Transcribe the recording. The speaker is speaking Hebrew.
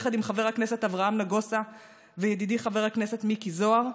יחד עם חבר הכנסת אברהם נגוסה וידידי חבר הכנסת מיקי זוהר,